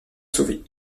sauver